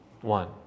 one